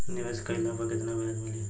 निवेश काइला पर कितना ब्याज मिली?